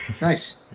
nice